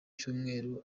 cyumweru